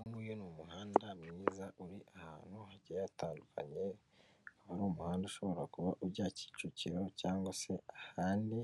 Uyu nguyu ni umuhanda mwiza uri ahantu hajyiye hatandukanye ari umuhanda ushobora kuba ujya kicukiro cyangwa se ahandi ,